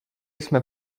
jsme